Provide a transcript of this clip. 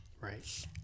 Right